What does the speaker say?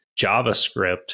JavaScript